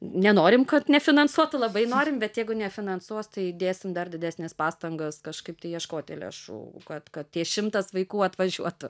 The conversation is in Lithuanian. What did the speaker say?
nenorim kad nefinansuotų labai norim bet jeigu nefinansuos tai dėsim dar didesnes pastangas kažkaip tai ieškoti lėšų kad kad tie šimtas vaikų atvažiuotų